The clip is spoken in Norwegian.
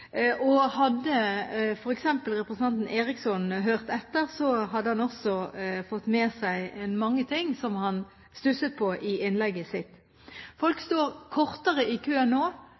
innbygger. Hadde f.eks. representanten Eriksson hørt etter, så hadde han fått med seg mange ting som han stusset på i innlegget sitt. Folk står kortere tid i kø nå.